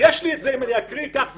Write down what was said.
יש לי את זה, אם אני אקריא ייקח זמן,